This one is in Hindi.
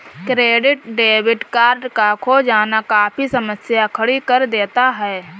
क्रेडिट डेबिट कार्ड का खो जाना काफी समस्या खड़ी कर देता है